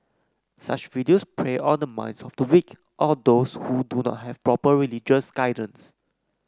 such videos prey on the minds of the weak or those who do not have proper religious guidance